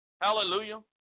Hallelujah